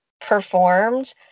performed